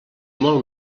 molt